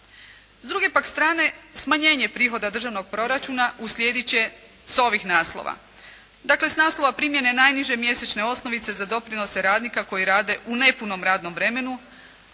S druge pak strane smanjenje prihoda državnog proračuna uslijedit će s ovih naslova. Dakle s naslova primjene najniže mjesečne osnovice za doprinose radnika koji rade u nepunom radnom vremenu